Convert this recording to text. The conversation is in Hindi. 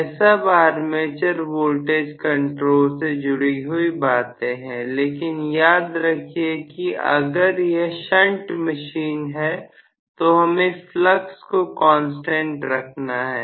यह सब आर्मेचर वोल्टेज कंट्रोल से जुड़ी हुई बातें हैं लेकिन याद रखिए कि अगर यह शंट मशीन है तो हमें फ्लक्स को कांस्टेंट रखना है